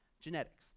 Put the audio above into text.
Genetics